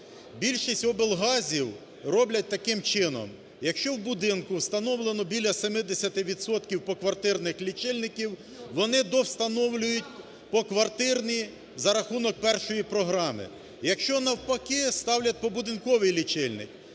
Більшість облгазів роблять таким чином: якщо у будинку встановлено біля 70 відсотків поквартирних лічильників, вони довстановлюють поквартирні за рахунок першої програми. Якщо навпаки, ставлять побудинковий лічильник.